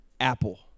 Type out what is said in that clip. Apple